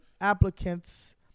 applicants